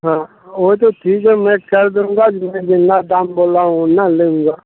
हाँ वो तो ठीक है मैं कर दूँगा मैं जितना काम बोला हूँ उतना ले लूँगा